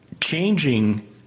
changing